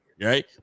right